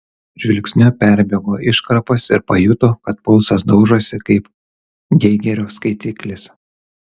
žvilgsniu perbėgo iškarpas ir pajuto kad pulsas daužosi kaip geigerio skaitiklis